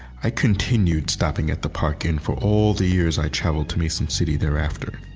i continued stopping at the park inn for all the years i travelled to mason city thereafter.